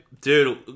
dude